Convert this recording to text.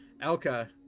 Elka